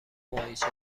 ماهیچه